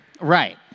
Right